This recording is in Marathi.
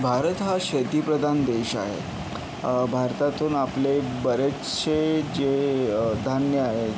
भारत हा शेतीप्रधान देश आहे भारतातून आपले बरेचसे जे धान्य आहे